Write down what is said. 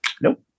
Nope